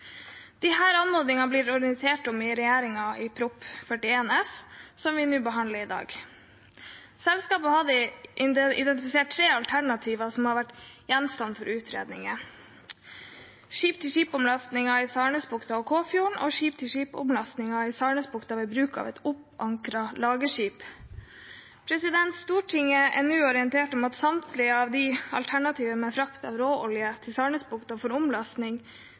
anmodningene ble det orientert om av regjeringen i Prop. 41 S for 2018–2019, som vi behandler i dag. Selskapene har selv identifisert tre alternativer som har vært gjenstand for utredninger: skip-til-skip-omlasting i Sarnesfjorden/Kåfjorden skip-til-skip-omlasting i Sarnesfjorden ved bruk av et oppankret lagerskip Stortinget er nå orientert om at selskapene har konkludert med at det ikke skal arbeides videre med noen av alternativene for frakt av råolje til Sarnesfjorden for